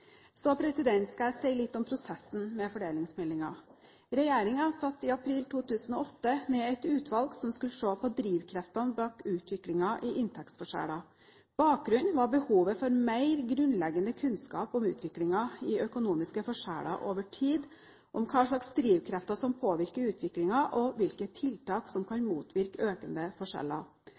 skal jeg si litt om prosessen med fordelingsmeldingen. Regjeringen satte i april 2008 ned et utvalg som skulle se på drivkreftene bak utviklingen i inntektsforskjellene. Bakgrunnen var behovet for mer grunnleggende kunnskap om utviklingen i økonomiske forskjeller over tid, om hvilke drivkrefter som påvirker utviklingen, og hvilke tiltak som kan motvirke økende forskjeller.